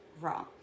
raw